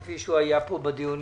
כפי שהוא היה כאן בדיונים.